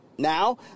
Now